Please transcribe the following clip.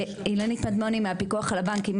אילנית מדמוני מהפיקוח על הבנקים.